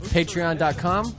Patreon.com